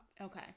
Okay